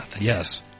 Yes